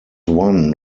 one